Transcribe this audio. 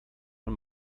von